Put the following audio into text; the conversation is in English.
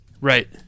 Right